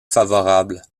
favorables